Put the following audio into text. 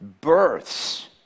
Births